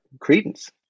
credence